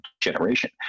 generation